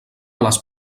les